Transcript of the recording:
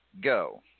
go